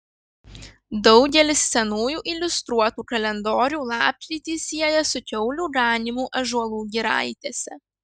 daugelis senųjų iliustruotų kalendorių lapkritį sieja su kiaulių ganymu ąžuolų giraitėse